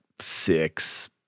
six